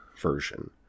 version